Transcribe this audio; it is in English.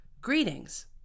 greetings